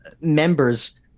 members